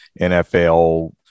NFL